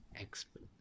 Expert